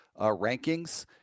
rankings